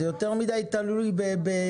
זה לא צריך להיות כל כך תלוי ביזמים.